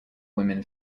women